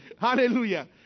Hallelujah